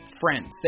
friends